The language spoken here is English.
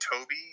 Toby